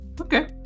okay